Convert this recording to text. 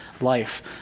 life